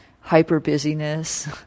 hyper-busyness